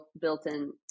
built-in